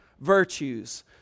virtues